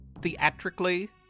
theatrically